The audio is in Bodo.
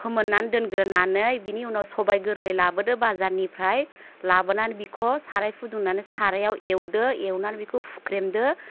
फोमोननानै दोनग्रोनानै बिनि उनाव सबाय गोरलै लाबोदो बाजारनिफ्राय लाबोनानै बिखौ साराय फुदुंनानै सारायाव एवदो एवनानै बिखौ हुख्रेमदो